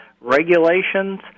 regulations